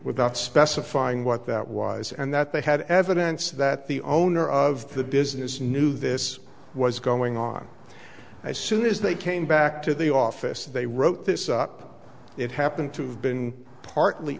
without specifying what that was and that they had evidence that the owner of the business knew this was going on as soon as they came back to the office they wrote this up it happened to have been partly